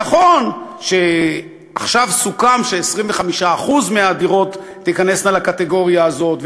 נכון שעכשיו סוכם ש-25% מהדירות תיכנסנה לקטגוריה הזאת,